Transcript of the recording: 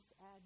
add